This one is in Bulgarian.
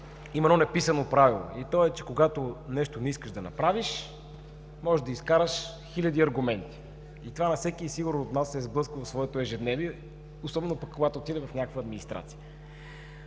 едно неписано правило и то е, че когато нещо не искаш да направиш, можеш да изкараш хиляди аргументи. С това всеки от нас сигурно се е сблъсквал в своето ежедневие, особено пък когато отиде в някаква администрация.